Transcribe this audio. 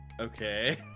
Okay